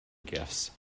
gifts